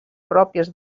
pròpies